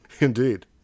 Indeed